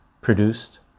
produced